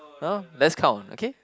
let's count okay